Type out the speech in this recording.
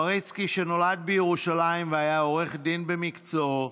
פריצקי, שנולד בירושלים והיה עורך דין במקצועו,